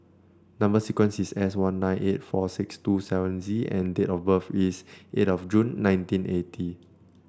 number sequence is S one nine eight four six two seven Z and date of birth is eight of June nineteen eighty